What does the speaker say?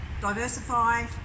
diversify